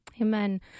Amen